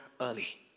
early